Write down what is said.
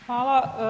Hvala.